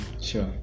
Sure